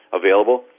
available